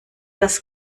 das